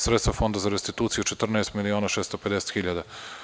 Sredstva Fonda za restituciju 14 miliona 650 hiljada.